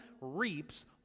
reaps